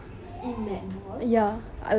என்னது அதிசயமா இருக்கு:ennathu athisayamaa irukku